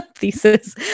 Thesis